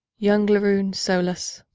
young laroon solus.